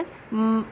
மாணவர்